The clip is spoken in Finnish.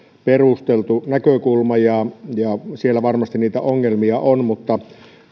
perusteltu näkökulma ja ja siellä varmasti niitä ongelmia on mutta